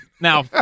Now